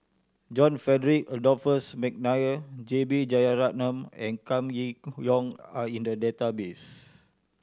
John Frederick Adolphus McNair J B Jeyaretnam and Kam Kee Yong are in the database